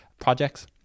projects